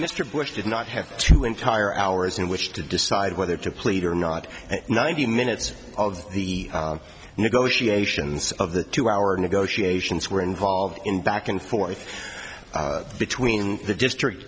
mr bush did not have to entire hours in which to decide whether to plead or not and ninety minutes of the negotiations of the two hour negotiations were involved in back and forth between the district